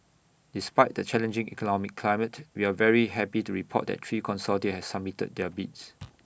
despite the challenging economic climate we're very happy to report that three consortia have submitted their bids